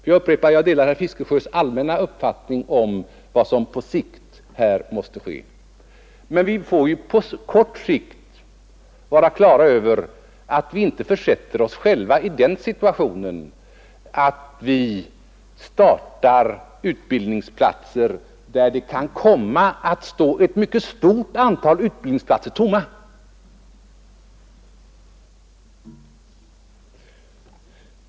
Jag delar herr Fiskesjös allmänna uppfattning om vad som på sikt måste ske, men på kort sikt måste vi vara klara över att vi inte får försätta oss i den situationen att vi startar utbildningen i ämnen på vissa orter för att sedan finna att ett mycket stort antal utbildningsplatser står tomma.